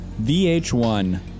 VH1